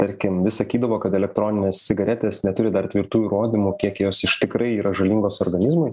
tarkim vis sakydavo kad elektroninės cigaretės neturi dar tvirtų įrodymų kiek jos iš tikrai yra žalingos organizmui